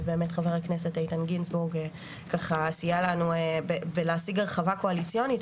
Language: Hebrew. ובאמת חבר הכנסת איתן גינזבורג ככה סייע לנו בלהשיג הרחבה קואליציונית,